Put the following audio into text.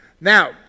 Now